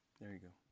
there you go.